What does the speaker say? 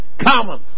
common